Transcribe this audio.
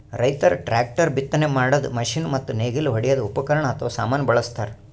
ರೈತರ್ ಟ್ರ್ಯಾಕ್ಟರ್, ಬಿತ್ತನೆ ಮಾಡದ್ದ್ ಮಷಿನ್ ಮತ್ತ್ ನೇಗಿಲ್ ಹೊಡ್ಯದ್ ಉಪಕರಣ್ ಅಥವಾ ಸಾಮಾನ್ ಬಳಸ್ತಾರ್